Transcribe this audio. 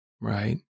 Right